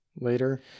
later